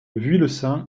vuillecin